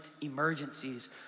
emergencies